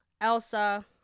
Elsa